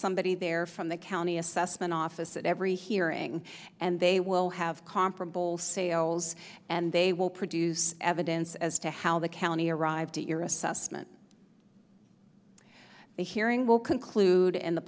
somebody there from the county assessment office at every hearing and they will have comparable sales and they will produce evidence as to how the county arrived at your assessment the hearing will conclude and the